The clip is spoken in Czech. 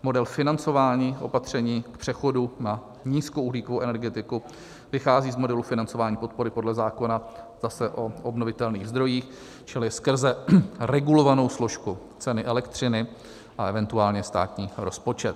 Model financování opatření k přechodu na nízkouhlíkovou energetiku vychází z modelu financování podpory podle zákona o obnovitelných zdrojích, čili skrze regulovanou složku ceny elektřiny a eventuálně státní rozpočet.